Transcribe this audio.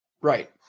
Right